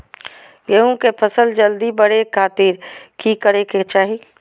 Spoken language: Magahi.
गेहूं के फसल जल्दी बड़े खातिर की करे के चाही?